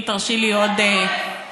אם תרשי לי עוד משפט,